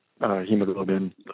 hemoglobin